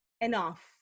enough